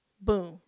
boom